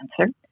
answer